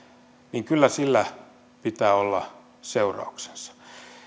niin kyllä sillä pitää olla seurauksensa